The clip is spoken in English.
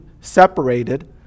separated